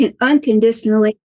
unconditionally